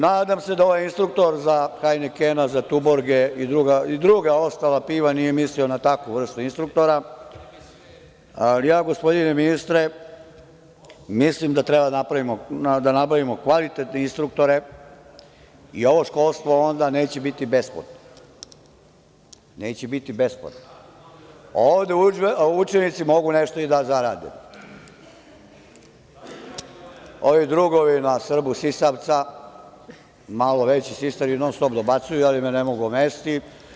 Nadam se da ovaj instruktor za „hajnikena“ za „tuborge“ i druga ostala piva nije mislio na takvu vrstu instruktora, ali ja, gospodine ministre, mislim da treba da nabavimo kvalitetne instruktore i ovo školstvo onda neće biti besplatno, a učenici mogu nešto i da zarade. (Radoslav Milojičić, dobacuje sa mesta.) Ovi drugovi na „Srbu sisavca“ malo veći sisavci non stop dobacuju, ali me ne mogu omesti.